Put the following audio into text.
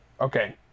Okay